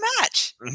match